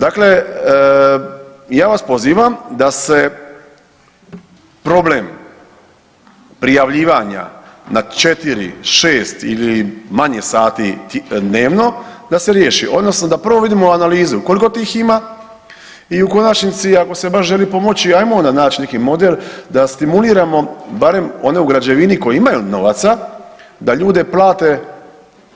Dakle, ja vas pozivam da se problem prijavljivanja na 4, 6 ili manje sati dnevno da se riješi odnosno da prvo vidimo analizu koliko tih ima i u konačnici ako se baš želi pomoći ajmo onda naći neki model da stimuliramo barem one u građevini koji imaju novaca, da ljude plate